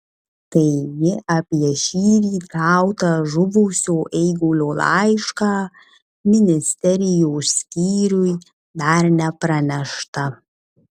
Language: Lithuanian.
taigi apie šįryt gautą žuvusio eigulio laišką ministerijos skyriui dar nepranešta